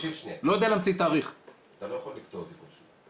תקשיב שנייה, אתה לא יכול לקטוע דיבור שלי.